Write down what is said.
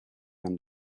and